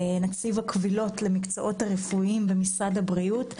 נציב הקבילות למקצועות הרפואיים במשרד הבריאות,